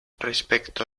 respecto